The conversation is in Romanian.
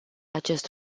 acest